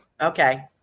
Okay